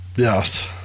Yes